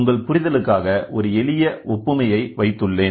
உங்கள் புரிதலுக்காக ஒரு எளிய ஒப்புமையை வைத்துள்ளேன்